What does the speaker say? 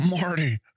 Marty